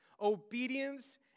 Obedience